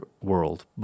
world